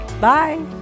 Bye